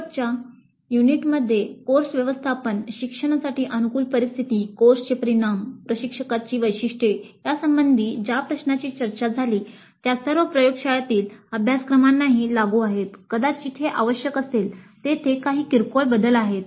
शेवटच्या युनिटमध्ये कोर्स व्यवस्थापन शिक्षणासाठी अनुकूल परिस्थिती कोर्सचे परिणाम प्रशिक्षकाची वैशिष्ट्ये यासंबंधी ज्या प्रश्नांची चर्चा झाली त्या सर्व प्रयोगशाळेतील अभ्यासक्रमांनाही लागू आहेत कदाचित हे आवश्यक असेल तेथे काही किरकोळ बदल आहेत